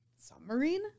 submarine